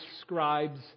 scribes